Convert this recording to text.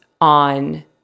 on